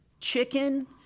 chicken